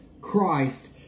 Christ